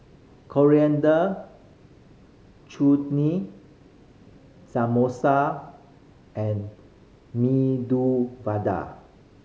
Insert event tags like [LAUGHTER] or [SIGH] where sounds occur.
Coriander [UNINTELLIGIBLE] Samosa and Medu Vada